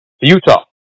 Utah